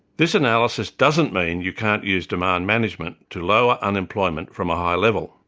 this analysis doesn't mean you can't use demand management to lower unemployment from a high level,